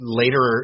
later